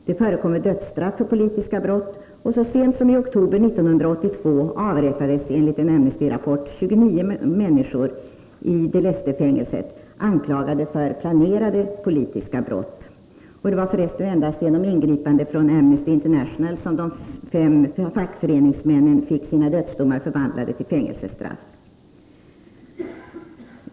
Det förekommer dödsstraff för politiska brott, och så sent som i oktober 1982 avrättades enligt en Amnestyrapport 29 människor i Combina del Estefängelset anklagade för planerade politiska brott. Det var för resten endast genom ingripande från Amnesty International som de fem fackföreningsmännen fick sina dödsdomar förvandlade till fängelsestraff.